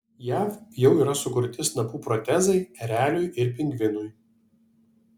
jav jau yra sukurti snapų protezai ereliui ir pingvinui